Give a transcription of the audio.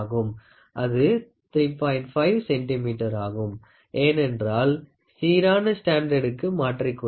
5 centimetre ஆகும் ஏனென்றால் சீரான ஸ்டாண்டர்டுக்கு மாற்றிக்கொள்கிறேன்